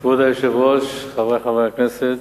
כבוד היושב-ראש, חברי חברי הכנסת,